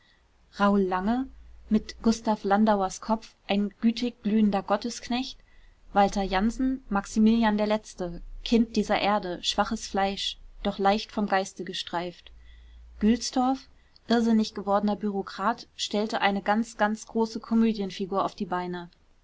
lange mit gustav landauers kopf ein gütig glühender gottesknecht walter janssen maximilian der letzte kind dieser erde schwaches fleisch doch leicht vom geiste gestreift gülstorff irrsinnig gewordener bureaukrat stellte eine ganz ganz große komödienfigur auf die beine